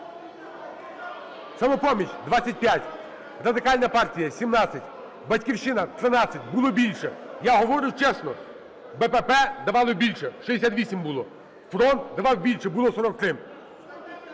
"Самопоміч" – 25, Радикальна партія – 17, "Батьківщина" – 13 (було більше, я говорю чесно), БПП давало більше – 68 було, "Фронт" давав більше – було 43.